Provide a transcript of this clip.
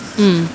mm